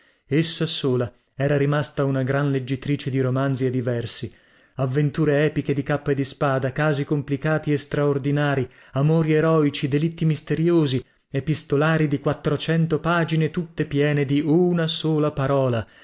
essa sola era rimasta una gran leggitrice di romanzi e di versi avventure epiche di cappa e di spada casi complicati e straordinari amori eroici delitti misteriosi epistolari di quattrocento pagine tutte piene di una sola parola